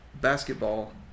basketball